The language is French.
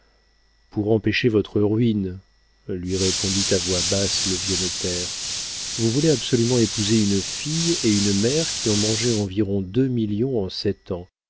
pour empêcher votre ruine lui répondit à voix basse le vieux notaire vous voulez absolument épouser une fille et une mère qui ont mangé environ deux millions en sept ans